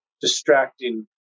distracting